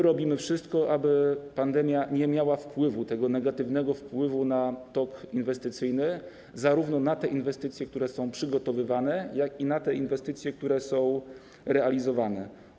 Robimy wszystko, aby pandemia nie miała wpływu, tego negatywnego wpływu na tok inwestycyjny, zarówno na te inwestycje, które są przygotowywane, jak i na te inwestycje, które są realizowane.